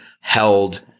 held